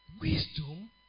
Wisdom